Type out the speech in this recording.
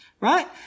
right